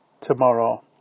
tomorrow